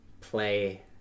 play